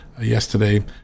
yesterday